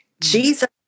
Jesus